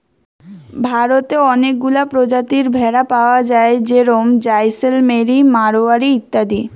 ভারতে অনেকগুলা প্রজাতির ভেড়া পায়া যায় যেরম জাইসেলমেরি, মাড়োয়ারি ইত্যাদি